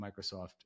Microsoft